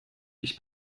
ich